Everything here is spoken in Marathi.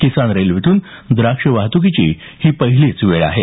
किसान रेल्वेतून द्राक्षं वाहतुकीची ही पहिलीच वेळ आहे